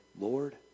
Lord